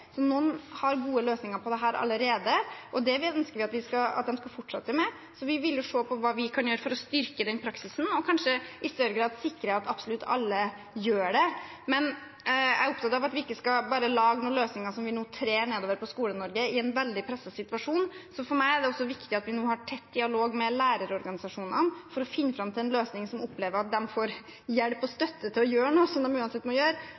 Noen har gode løsninger på dette allerede, og det ønsker vi at de skal fortsette med. Vi vil se på hva vi kan gjøre for å styrke den praksisen, og kanskje i større grad sikre at absolutt alle gjør det. Men jeg er opptatt av at vi ikke bare skal lage noen løsninger som vi nå trer nedover Skole-Norge i en veldig presset situasjon. For meg er det viktig at vi har en tett dialog med lærerorganisasjonene for å finne fram til en løsning der de opplever å få hjelp og støtte til å gjøre noe som de uansett må gjøre,